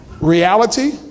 reality